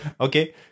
Okay